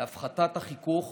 להפחתת החיכוך